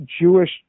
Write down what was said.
Jewish